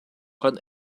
kan